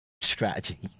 strategy